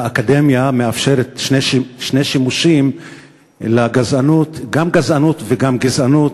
האקדמיה מאפשרת שתי צורות לגזענות: גם גָזענות וגם גִזענות.